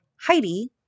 Heidi